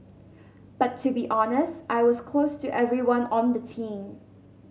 but to be honest I was close to everyone on the team